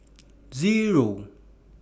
Zero